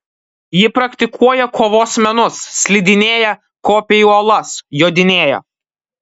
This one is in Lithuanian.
ji praktikuoja kovos menus slidinėja kopia į uolas jodinėja